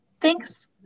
Thanks